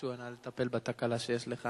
היציאה לגלות היא סימן של הלילה,